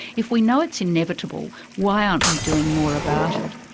if we know it's inevitable, why aren't we doing more about it?